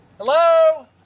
Hello